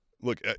Look